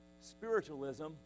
spiritualism